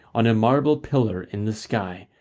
on a marble pillar in the sky,